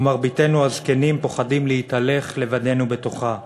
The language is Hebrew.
ומרביתנו הזקנים פוחדים להתהלך לבדנו בתוכה?